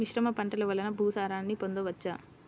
మిశ్రమ పంటలు వలన భూసారాన్ని పొందవచ్చా?